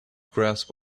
grasp